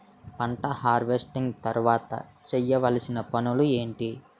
పంట హార్వెస్టింగ్ తర్వాత చేయవలసిన పనులు ఏంటి?